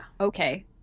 okay